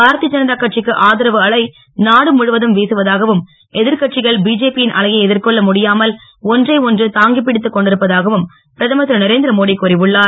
பாரதிய ஜனதா கட்சிக்கு ஆதரவு அலை நாடு முழுவதும் வீசுவதாகவும் எதிர் கட்சிகள் பிஜேபி யின் அலையை எதிர்கொள்ள முடியாமல் ஒன்றை ஒன்று தாங்கிப் பிடித்துக்கொண்டிருப்பதாகவும் பிரதமர் திருநரேந்திர மோடி கூறியுள்ளார்